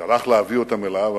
שלח להביא אותם אליו,